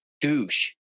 douche